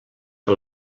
que